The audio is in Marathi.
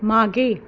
मागे